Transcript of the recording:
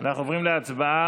אנחנו עוברים להצבעה.